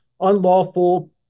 Unlawful